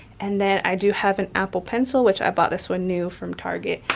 and then i do have an apple pencil, which i bought this one new from target.